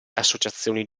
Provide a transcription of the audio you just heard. associazioni